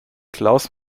klaus